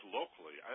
locally